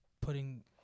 putting